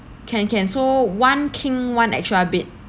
can can so one king one extra bed